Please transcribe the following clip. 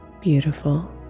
Beautiful